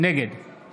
נגד